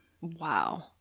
wow